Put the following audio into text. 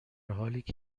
حالیکه